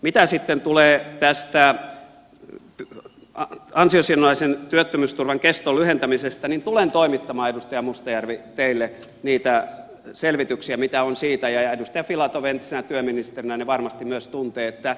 mitä sitten tulee tähän ansiosidonnaisen työttömyysturvan keston lyhentämiseen niin tulen toimittamaan edustaja mustajärvi teille niitä selvityksiä mitä on siitä ja edustaja filatov entisenä työministerinä ne varmasti myös tuntee